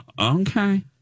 okay